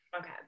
Okay